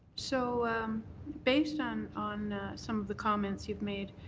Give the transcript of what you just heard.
so based on on some of the comments you've made,